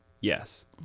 Yes